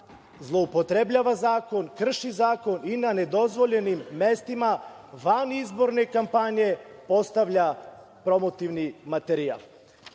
zloupotrebljava zakon, krši zakon i na nedozvoljenim mestima, van izborne kampanje postavlja promotivni materijal?